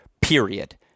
period